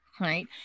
right